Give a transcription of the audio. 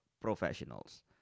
professionals